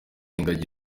ingagi